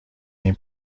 این